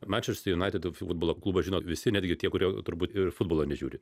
manchester united futbolo klubą žino visi netgi tie kurie turbūt ir futbolo nežiūri